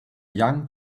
young